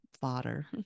fodder